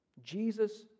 Jesus